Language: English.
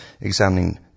examining